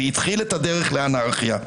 והתחיל את הדרך לאנרכיה.